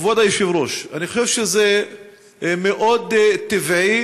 כבוד היושב-ראש, אני חושב שזה מאוד טבעי,